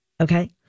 Okay